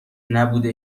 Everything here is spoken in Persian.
نبوده